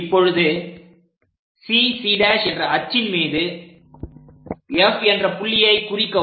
இப்பொழுது CC' என்ற அச்சின் மீது F என்ற புள்ளியை குறிக்கவும்